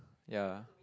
ya